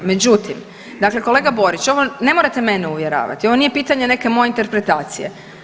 Međutim, dakle kolega Borić, ovo ne morate mene uvjeravati, ovo nije pitanje neke moje interpretacije.